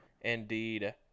indeed